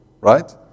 Right